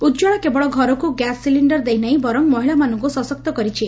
ଉଜ୍ୱଳା କେବଳ ଘରକୁ gas cylinder ଦେଇ ନାହି ବରଂ ମହିଳାମାନଙ୍କୁ ସଶକ୍ତ କରିଛି